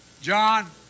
John